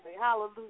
Hallelujah